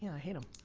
i hate em.